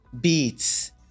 beats